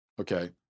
okay